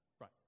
right